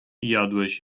jadłeś